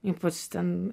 ypač ten